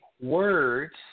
words